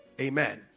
Amen